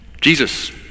Jesus